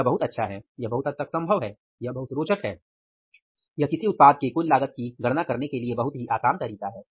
यह बहुत अच्छा है यह बहुत हद तक संभव है यह बहुत रोचक है यह किसी उत्पाद के कुल लागत की गणना करने के लिए बहुत ही आसान तरीका है